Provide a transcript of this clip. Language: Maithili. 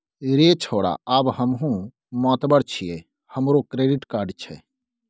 रे छौड़ा आब हमहुँ मातबर छियै हमरो क्रेडिट कार्ड छै